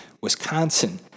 Wisconsin